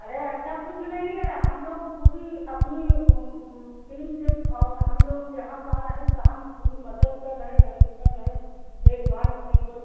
अरे ऐसा कुछ नहीं है हम लोग पूरी अपनी टीम से और हम लोग जहाँ पा रहे है तहाँ हम पूरी मदद कर रहे हैं हेल्प कर रहे हैं देखभाल में कोई